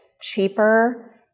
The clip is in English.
cheaper